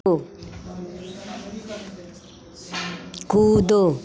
ओ कूदो